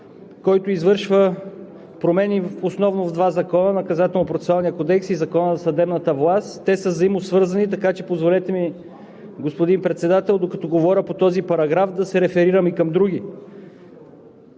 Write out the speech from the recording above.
който извършва промени основно в два закона – Наказателно-процесуалния кодекс и Закона за съдебната власт. Те са взаимосвързани, така че позволете ми, господин Председател, докато говоря по този параграф да се реферирам и към други.